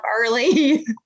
early